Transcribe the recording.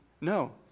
No